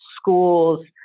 schools